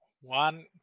one